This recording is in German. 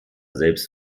selbst